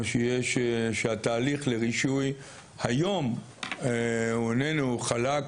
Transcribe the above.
או שהתהליך לרישוי היום איננו חלק,